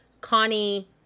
Connie